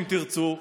אם תרצו,